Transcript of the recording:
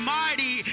mighty